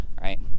right